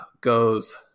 goes